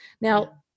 now